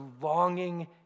longing